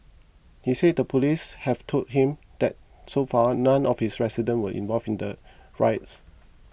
he said the police have told him that so far none of his resident were involved in the riots